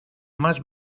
más